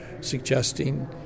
suggesting